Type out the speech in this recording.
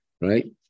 right